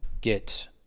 get